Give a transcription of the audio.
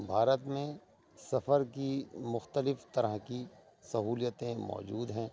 بھارت میں سفر کی مختلف طرح کی سہولیتیں موجود ہیں